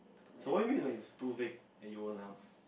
so what you mean when it's too vague at your own house